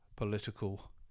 political